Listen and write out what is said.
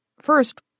First